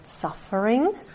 suffering